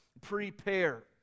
prepare